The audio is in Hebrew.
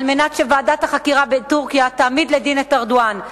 כדי שוועדת החקירה בטורקיה תעמיד לדין את ארדואן.